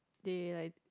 they like